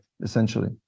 Essentially